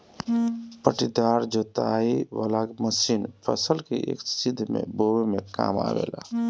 पट्टीदार जोताई वाला मशीन फसल के एक सीध में बोवे में काम आवेला